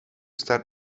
start